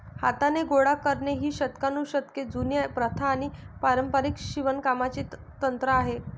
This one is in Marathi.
हाताने गोळा करणे ही शतकानुशतके जुनी प्रथा आणि पारंपारिक शिवणकामाचे तंत्र आहे